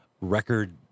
record